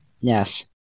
Yes